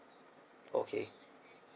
okay